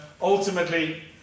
ultimately